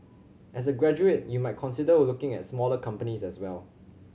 as a graduate you might consider looking at smaller companies as well